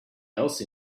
else